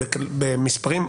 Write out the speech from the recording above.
במספרים.